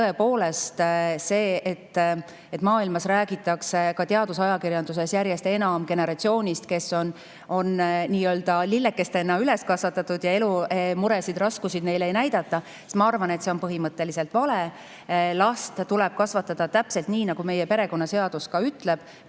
Tõepoolest, maailmas räägitakse ka teadusajakirjanduses järjest enam generatsioonist, kes on nii-öelda lillekestena üles kasvatatud. Elumuresid, raskusi neile ei näidata. Ma arvan, et see on põhimõtteliselt vale. Last tuleb kasvatada täpselt nii, nagu meie perekonnaseadus ka ütleb: